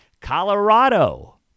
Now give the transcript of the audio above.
Colorado